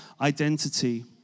identity